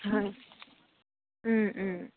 হয়